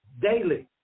daily